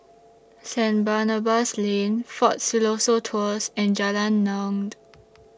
Saint Barnabas Lane Fort Siloso Tours and Jalan Naung